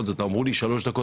אמרו לי שלוש דקות,